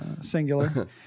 singular